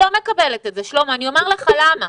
מקבלת את זה ואני אומר לך למה.